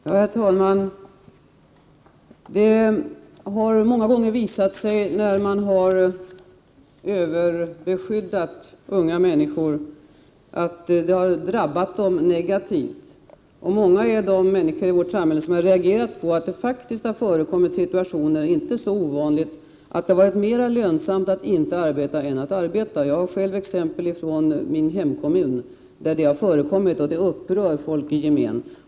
Herr talman! Det har många gånger visat sig, när man har överbeskyddat unga människor, att det har drabbat dem negativt. Många är de i vårt samhälle som har reagerat på att det faktiskt inte är så ovanligt att det varit mera lönsamt att inte arbeta än att arbeta. Jag har själv exempel från min hemkommun på att det har förekommit, och det upprör folk i gemen.